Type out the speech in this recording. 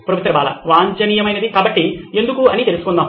professor Bala వాంఛనీయమైనది కాబట్టి ఎందుకు అని తెలుసుకుందాం